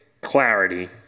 clarity